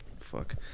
fuck